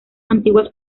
antiguas